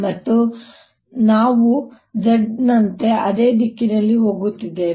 ಮತ್ತು ನಾವು ಮತ್ತೆ z ನಂತೆ ಅದೇ ದಿಕ್ಕಿನಲ್ಲಿ ಹೋಗುತ್ತಿದ್ದೇವೆ